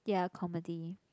ya comedy